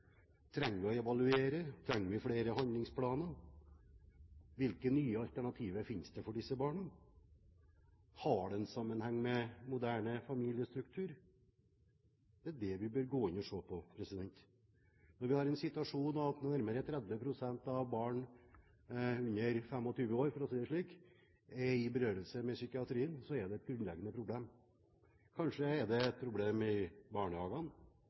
Trenger vi å evaluere? Trenger vi flere handlingsplaner? Hvilke nye alternativer finnes det for disse barna? Har det en sammenheng med moderne familiestruktur? Det er det vi bør gå inn og se på. Når vi har en situasjon der nærmere 30 pst. av barn under 25 år – for å si det slik – er i berøring med psykiatrien, så er det et grunnleggende problem. Kanskje er det et problem i barnehagene,